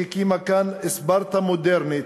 שהקימה כאן ספרטה מודרנית,